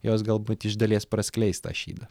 jos galbūt iš dalies praskleis tą šydą